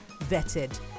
vetted